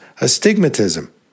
astigmatism